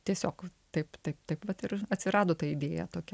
tiesiog taip taip taip vat ir atsirado ta idėja tokia